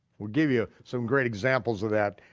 we'll give you some great examples of that